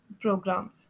programs